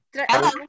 hello